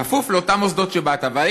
כפוף לאותם מוסדות שבאת מהם.